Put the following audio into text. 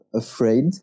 afraid